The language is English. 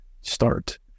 start